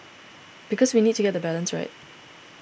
because we need to get the balance right